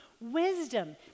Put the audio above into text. Wisdom